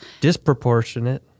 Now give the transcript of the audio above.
Disproportionate